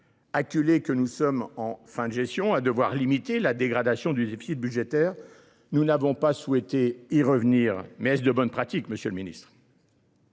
Acculés que nous sommes, en fin de gestion, à devoir limiter la dégradation du déficit budgétaire, nous n’avons pas souhaité y revenir, mais est ce de bonne pratique, monsieur le ministre ?